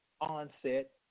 Onset